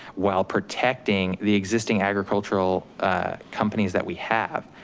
while protecting the existing agricultural companies that we have.